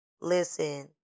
Listen